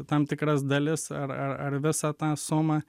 tam tikras dalis ar ar ar visą tą sumą